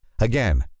Again